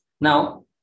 Now